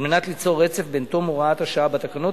על מנת ליצור רצף בין תום הוראת השעה בתקנות